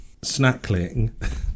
snackling